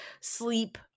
sleep